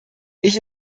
ich